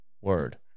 word